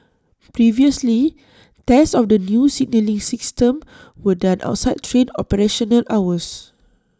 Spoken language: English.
previously tests of the new signalling system were done outside train operational hours